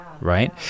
Right